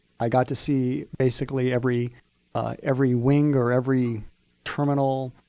i got to see basically every every wing or every terminal,